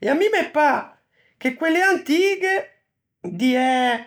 e à mi me pâ che quelle antighe, diæ